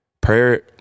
Prayer